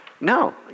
No